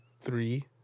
three